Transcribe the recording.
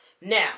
Now